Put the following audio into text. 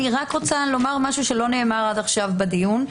אני רק רוצה לומר משהו שלא נאמר עד עכשיו בדיון.